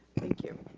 thank you.